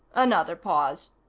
another pause,